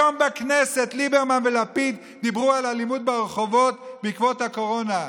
היום בכנסת ליברמן ולפיד דיברו על האלימות ברחובות בעקבות הקורונה,